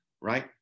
right